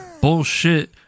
bullshit